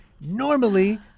Normally